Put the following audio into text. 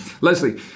Leslie